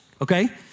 okay